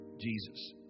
Jesus